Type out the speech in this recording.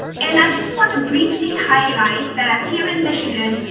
and i just want to briefly highlight that here in michigan,